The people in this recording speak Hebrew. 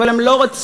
אבל הם לא רצו,